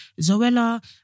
Zoella